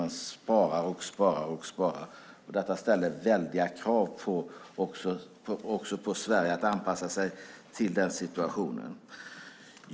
Man sparar och sparar, och detta ställer väldiga krav också på Sverige att anpassa sig till den situationen.